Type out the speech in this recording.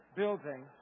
building